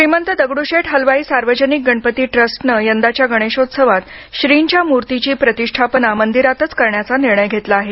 श्रीमंत दगडूशेठ हलवाई सार्वजनिक गणपती ट्रस्टनं यंदाच्या गणेशोत्सवात श्रींच्या मूर्तीची प्रतिष्ठापना मंदिरातच करण्याचा निर्णय घेतला आहे